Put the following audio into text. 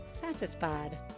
satisfied